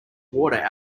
water